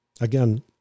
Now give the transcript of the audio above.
again